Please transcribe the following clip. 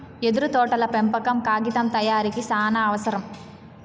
యెదురు తోటల పెంపకం కాగితం తయారీకి సానావసరం